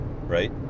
right